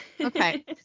Okay